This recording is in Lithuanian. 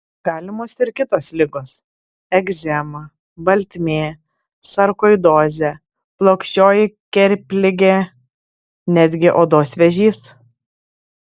galimos ir kitos ligos egzema baltmė sarkoidozė plokščioji kerpligė netgi odos vėžys